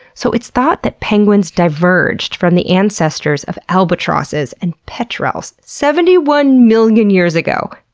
so it's thought that penguins diverged from the ancestors of albatrosses and petrels seventy one million years ago!